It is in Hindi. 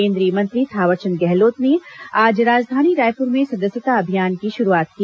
केंद्रीय मंत्री थावरचंद गहलोत ने आज राजधानी रायपुर में सदस्यता अभियान की शुरुआत की